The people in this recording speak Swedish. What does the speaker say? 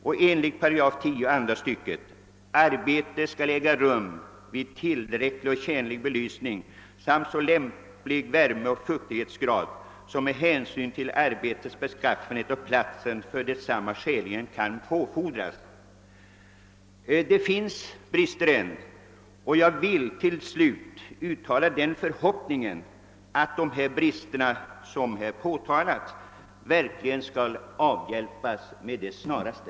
Där står i 10 8 andra stycket: »Arbete skall äga rum vid tillräcklig och tjänlig belysning samt så lämplig värmeoch fuktighetsgrad, som med hänsyn till arbetets beskaffenhet och platsen för detsamma skäligen kan påfordras.» Brister finns alltjämt, men jag uttalar förhoppningen att de brister jag påtalat måtte bli avhjälpta med det snaraste.